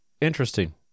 Interesting